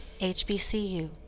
HBCU